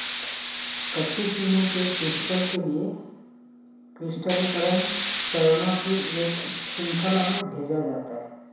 कच्ची चीनी के क्रिस्टल के लिए क्रिस्टलीकरण चरणों की एक श्रृंखला में भेजा जाता है